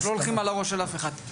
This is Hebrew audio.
לא הולכים על הראש של אף אחד.